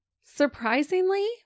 Surprisingly